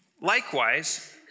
likewise